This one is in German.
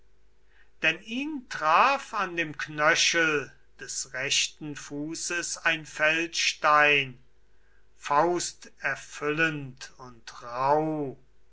denn ihn traf an dem knöchel des rechten fußes ein feldstein fausterfüllend und rauh